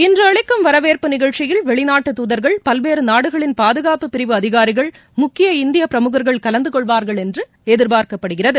இன்று அளிக்கும் வரவேற்பு நிகழ்ச்சியில் வெளிநாட்டு தூதர்கள் பல்வேறு நாடுகளின் பாதுகாப்பு பிரிவு அதிகாரிகள் முக்கிய இந்திய பிரமுகர்கள் கலந்துகொள்வார்கள் என்று எதிர்பார்க்கப்படுகிறது